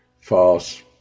false